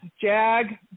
Jag